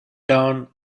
down